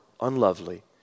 unlovely